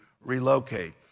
relocate